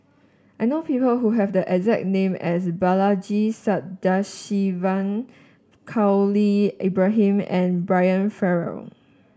I know people who have the exact name as Balaji Sadasivan Khalil Ibrahim and Brian Farrell